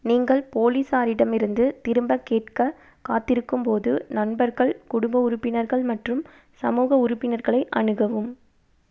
நீங்கள் போலீஸாரிடமிருந்து திரும்பக் கேட்கக் காத்திருக்கும்போது நண்பர்கள் குடும்ப உறுப்பினர்கள் மற்றும் சமூக உறுப்பினர்களை அணுகவும்